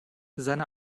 seine